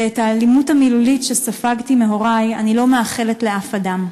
ואת האלימות המילולית שספגתי מהורי אני לא מאחלת לאף אדם,